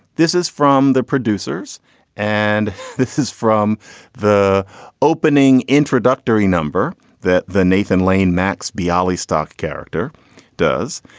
this is from the producers and this is from the opening introductory number that the nathan lane max bialystock character does.